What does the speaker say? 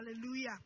Hallelujah